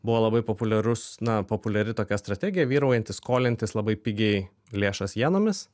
buvo labai populiarus na populiari tokia strategija vyraujanti skolintis labai pigiai lėšas jenomis